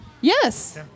yes